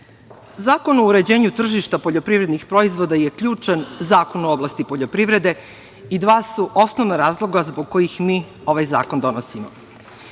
Zakon o uređenju tržišta poljoprivrednih proizvoda je ključan zakon u oblasti poljoprivrede i dva su osnovna razloga zbog kojih mi ovaj zakon donosimo. Jedan